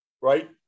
right